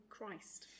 Christ